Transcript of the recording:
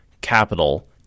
Capital